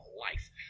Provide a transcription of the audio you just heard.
life